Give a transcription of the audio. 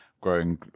growing